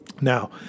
Now